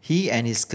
he and his